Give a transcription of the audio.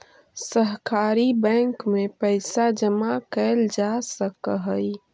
सहकारी बैंक में पइसा जमा कैल जा सकऽ हइ